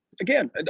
Again